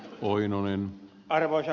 arvoisa puhemies